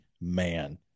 man